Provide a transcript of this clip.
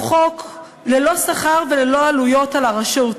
הוא חוק ללא עלויות לרשות.